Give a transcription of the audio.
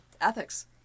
ethics